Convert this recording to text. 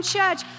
Church